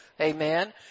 amen